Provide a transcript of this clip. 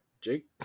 Jake